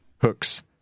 Hook's